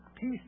peace